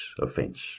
offence